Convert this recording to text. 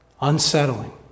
unsettling